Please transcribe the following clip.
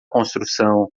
construção